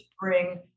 bring